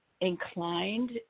inclined